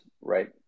right